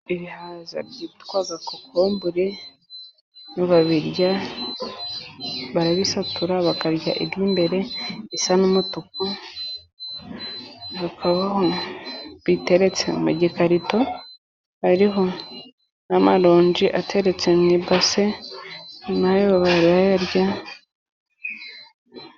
Ibihaza byitwa kokombure barabirya . Barabisatura bakarya iby'imbere bisa n'umutuku. Hakaho ibiteretse mu gikarito ,hariho n'amaronji ateretse mu ibase, na yo barayarya.